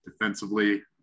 defensively